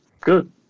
Good